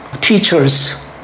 Teachers